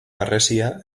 harresia